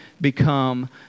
become